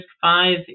five